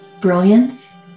brilliance